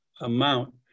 amount